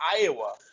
Iowa